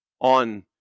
on